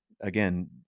again